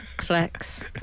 Flex